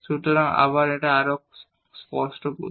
সুতরাং আবার এটা আরো স্পষ্ট করতে